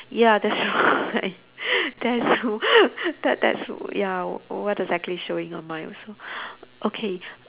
ya that's that's too that that's ya what exactly showing on mine also okay